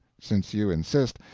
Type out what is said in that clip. since you insist,